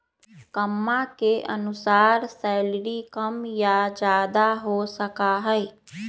कम्मा के अनुसार सैलरी कम या ज्यादा हो सका हई